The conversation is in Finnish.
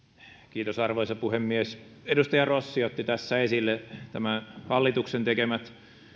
arvoisa puhemies edustaja rossi otti tässä esille tämän hallituksen tekemät